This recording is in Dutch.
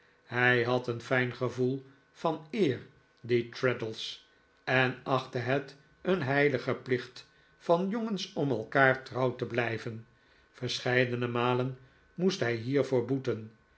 hij had een fijn gevpel van eer die traddles en achtte het een heiligen plicht van jongens om elkaar trouw te blijven verscheidene malen moest hij hiervoor boeten